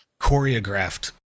choreographed